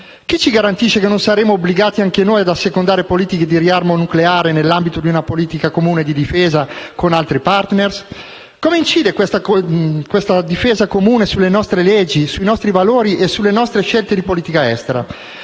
Chi ci garantisce che non saremo obbligati anche noi ad assecondare politiche di riarmo nucleare, nell'ambito di una politica comune di difesa con altri *partner*? Come incide questa difesa comune sulle nostre leggi, i nostri valori e le nostre scelte di politica estera?